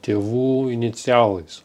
tėvų inicialais